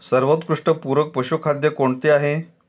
सर्वोत्कृष्ट पूरक पशुखाद्य कोणते आहे?